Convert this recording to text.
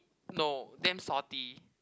no damn salty